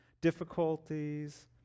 difficulties